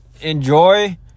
enjoy